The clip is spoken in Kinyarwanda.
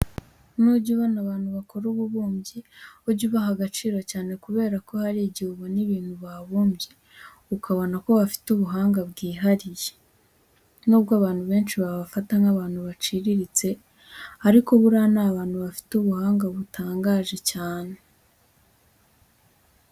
Nujya ubona abantu bakora ububumbyi ujye ubaha agaciro cyane kubera ko hari igihe ubona ibintu babumbye ukabona ko bafite ubuhanga bwihariye. Nubwo abantu benshi babafata nk'abantu baciriritse ariko buriya ni abantu bafite ubuhanga butangaje cyane.